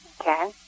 Okay